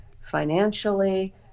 financially